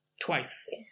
twice